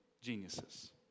geniuses